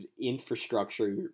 infrastructure